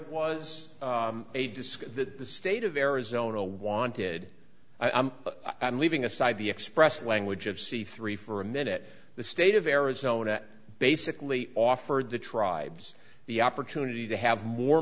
was a disc that the state of arizona wanted i'm leaving aside the expressed language of c three for a minute the state of arizona basically offered the tribes the opportunity to have more